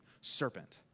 serpent